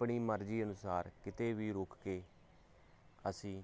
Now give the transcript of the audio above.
ਆਪਣੀ ਮਰਜ਼ੀ ਅਨੁਸਾਰ ਕਿਤੇ ਵੀ ਰੁਕ ਕੇ ਅਸੀਂ